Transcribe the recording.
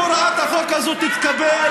אם הוראת החוק הזאת תתקבל,